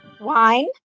Wine